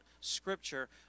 Scripture